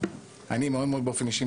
באופן אישי,